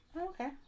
Okay